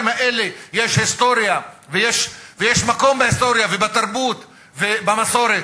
האלה יש היסטוריה ויש מקום בהיסטוריה ובתרבות ובמסורת.